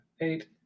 eight